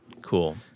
Cool